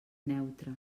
neutra